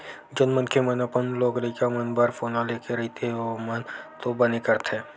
जउन मनखे मन अपन लोग लइका मन बर सोना लेके रखे रहिथे ओमन तो बने करथे